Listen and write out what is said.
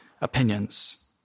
opinions